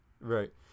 right